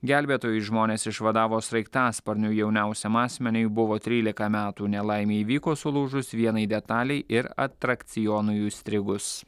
gelbėtojai žmones išvadavo sraigtasparniu jauniausiam asmeniui buvo trylika metų nelaimė įvyko sulūžus vienai detalei ir atrakcionui užstrigus